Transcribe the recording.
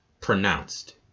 pronounced